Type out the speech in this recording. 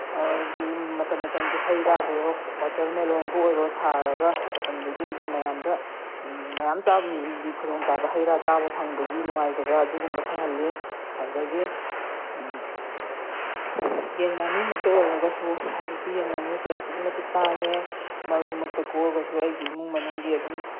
ꯍꯥꯏꯗꯤ ꯃꯇꯝ ꯃꯇꯝꯒꯤ ꯍꯩꯔꯥꯕꯨ ꯑꯣꯏꯔꯣ ꯋꯥꯇꯔ ꯃꯦꯂꯣꯟꯕꯨ ꯑꯣꯏꯔꯣ ꯊꯥꯔꯒ ꯃꯇꯝꯗꯨꯒꯤ ꯍꯥꯏꯗꯤ ꯃꯌꯥꯝꯗ ꯃꯌꯥꯝ ꯆꯥꯕꯗꯤ ꯈꯨꯗꯣꯡꯆꯥꯕ ꯍꯩꯔꯥ ꯆꯥꯕ ꯐꯪꯕꯒꯤ ꯅꯨꯡꯉꯥꯏꯖꯕ ꯑꯗꯨꯒꯨꯝꯕ ꯐꯪꯍꯜꯂꯤ ꯑꯗꯒꯤ ꯌꯦꯟ ꯉꯥꯅꯨꯃꯛꯇ ꯑꯣꯏꯔꯒꯁꯨ ꯍꯧꯖꯤꯛꯇꯤ ꯌꯦꯟ ꯉꯥꯅꯨꯁꯦ ꯑꯁꯨꯛꯀꯤ ꯃꯇꯤꯛ ꯇꯥꯡꯉꯦ ꯃꯔꯨꯝꯃꯛꯇ ꯀꯣꯛꯑꯒꯁꯨ ꯑꯩꯒꯤ ꯏꯃꯨꯡ ꯃꯅꯨꯡꯒꯤ ꯑꯗꯨꯝ